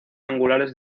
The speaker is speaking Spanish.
angulares